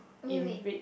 wait wait